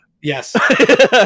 Yes